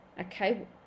okay